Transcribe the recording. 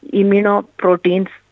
immunoproteins